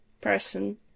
person